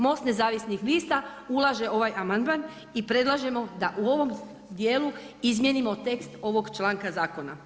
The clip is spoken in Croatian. Most nezavisnih lista ulaže ovaj amandman i predlažemo da u ovom dijelu izmijenimo tekst ovog članka zakona.